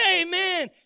amen